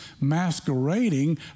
masquerading